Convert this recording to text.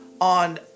on